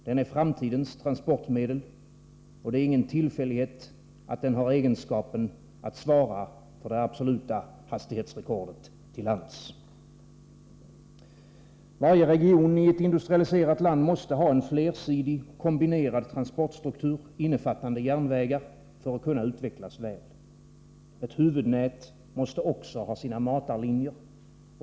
Den är framtidens transportmedel, och det är ingen tillfällighet att den har egenskapen att svara för det absoluta hastighetsrekordet till lands. Varje region i ett industrialiserat land måste ha en flersidig, kombinerad transportstruktur —- innefattande järnvägar —- för att kunna utvecklas väl. Ett huvudnät måste också ha sina matarlinjer.